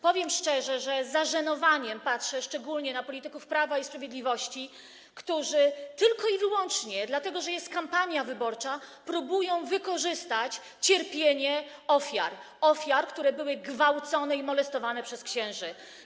Powiem szczerze, że z zażenowaniem patrzę, szczególnie na polityków Prawa i Sprawiedliwości, którzy wyłącznie dlatego, że jest kampania wyborcza, próbują wykorzystać cierpienie ofiar, które były gwałcone i molestowane przez księży.